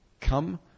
Come